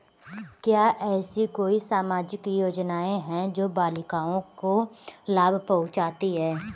क्या ऐसी कोई सामाजिक योजनाएँ हैं जो बालिकाओं को लाभ पहुँचाती हैं?